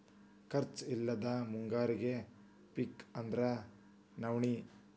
ಖರ್ಚ್ ಇಲ್ಲದ ಮುಂಗಾರಿ ಪಿಕ್ ಅಂದ್ರ ನವ್ಣಿ